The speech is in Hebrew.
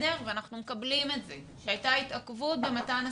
ואנחנו מקבלים את זה שהייתה התעכבות במתן הסבסוד,